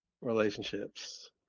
relationships